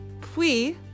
Puis